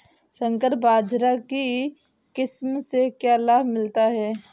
संकर बाजरा की किस्म से क्या लाभ मिलता है?